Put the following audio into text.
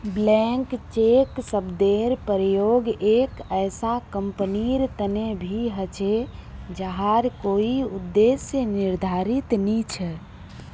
blank cheque शब्देर प्रयोग एक ऐसा कंपनीर तने भी ह छे जहार कोई उद्देश्य निर्धारित नी छ